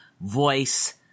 voice